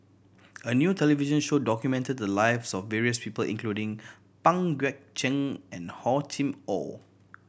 a new television show documented the lives of various people including Pang Guek Cheng and Hor Chim Or